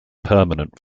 permanent